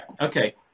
okay